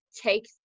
take